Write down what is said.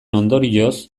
ondorioz